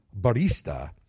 barista